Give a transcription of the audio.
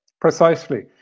precisely